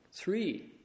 Three